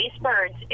birds